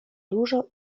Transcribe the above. dużo